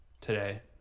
today